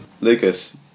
Lucas